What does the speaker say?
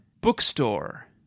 Bookstore